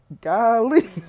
golly